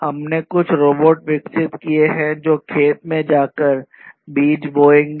हमने कुछ रोबोट विकसित किए हैं जो खेत में जाकर बीज बोएंगे